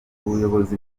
ubuyobozi